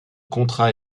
contrat